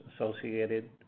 associated